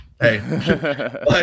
Hey